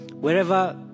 Wherever